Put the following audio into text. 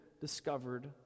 discovered